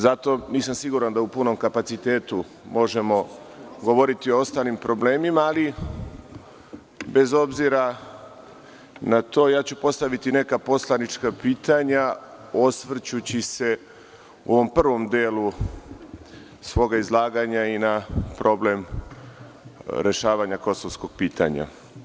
Zato nisam siguran da u punom kapacitetu možemo govoriti o ostalim problemima, ali bez obzira na to postaviću neka poslanička pitanja, osvrćući se u ovom prvom delu svoga izlaganja i na problem rešavanja kosovskog pitanja.